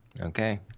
Okay